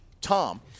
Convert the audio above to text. Tom